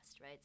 right